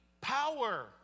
power